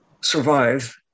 survive